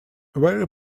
very